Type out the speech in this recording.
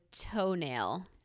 toenail